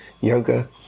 yoga